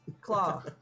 claw